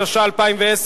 התשע"א 2010,